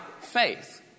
faith